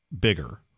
bigger